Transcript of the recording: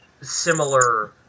similar